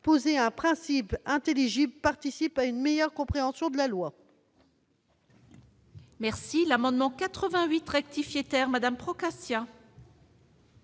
Poser un principe intelligible participe à une meilleure compréhension de la loi.